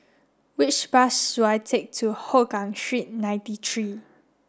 which bus should I take to Hougang Street ninety three